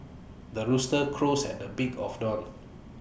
the rooster crows at the beak of dawn